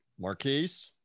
Marquise